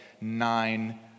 nine